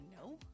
No